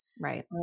Right